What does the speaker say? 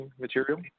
material